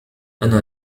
أنا